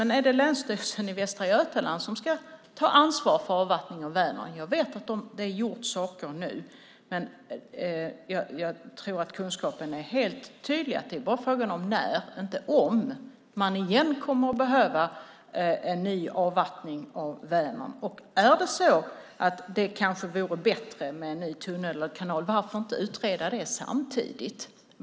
Men är det Länsstyrelsen i Västra Götaland som ska ta ansvar för avvattning av Vänern? Jag vet att saker har gjorts, men jag tror att kunskapen är helt tydlig att det bara är frågan om när, inte om, man kommer att behöva en ny avvattning av Vänern. Är det så att det kanske vore bättre med en ny tunnel eller kanal, varför inte utreda det samtidigt?